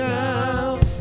now